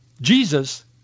Jesus